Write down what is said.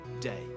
day